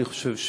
אני חושב,